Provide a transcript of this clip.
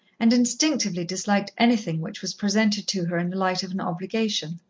and instinctively disliked anything which was presented to her in the light of an obligation.